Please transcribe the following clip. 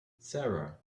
sara